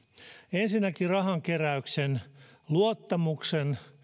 ensinnäkin rahankeräyksen luottamuksen